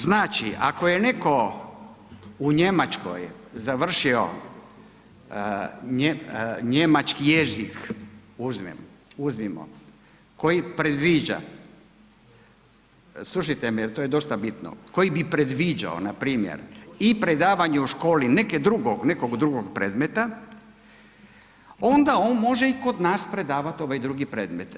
Znači ako je netko u Njemačkoj završio njemački jezik uzmimo koji predviđa, slušajte me jer to je dosta bitno, koji bi predviđao npr. i predavanje u školi nekog drugog predmeta, onda on može i kod nas predavat ovaj drugi predmet.